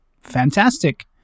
fantastic